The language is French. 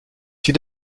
sud